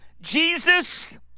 Jesus